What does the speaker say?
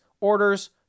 orders